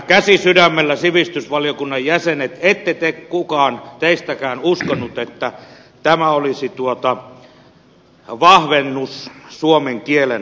käsi sydämellä sivistysvaliokunnan jäsenet ei kukaan teistäkään uskonut että tämä olisi vahvennus suomen kielen asemalle